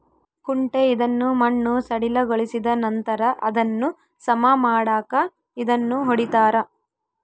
ಕುಂಟೆ ಇದನ್ನು ಮಣ್ಣು ಸಡಿಲಗೊಳಿಸಿದನಂತರ ಅದನ್ನು ಸಮ ಮಾಡಾಕ ಇದನ್ನು ಹೊಡಿತಾರ